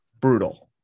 brutal